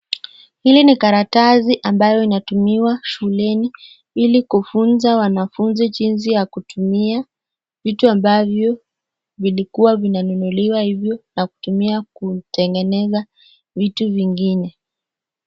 Hili ni karatasi ambayo inatumiwa shuleni ili kufunza wanafunzi jinsi ya kutumia vitu ambavyo vilikuwa vinanunuliwa hivyo na kutumia kutengeneza vitu vingine.